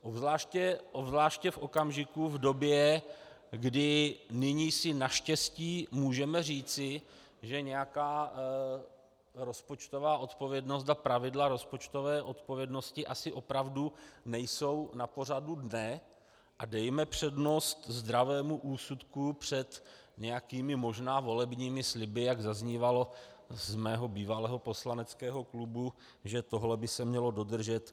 Obzvláště v době, kdy si nyní naštěstí můžeme říci, že nějaká rozpočtová odpovědnost, pravidla rozpočtové odpovědnosti, asi nejsou opravdu na pořadu dne, a dejme přednost zdravému úsudku před nějakými možná volebními sliby, jak zaznívalo z mého bývalého poslaneckého klubu, že tohle by se mělo dodržet.